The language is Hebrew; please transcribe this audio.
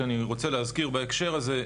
שאני רוצה להזכיר בהקשר הזה,